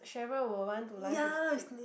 yeah it's snake